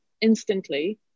instantly